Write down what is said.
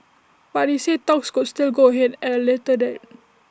but he said talks could still go ahead at A later date